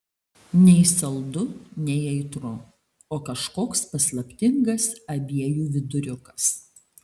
nei saldu nei aitru o kažkoks paslaptingas abiejų viduriukas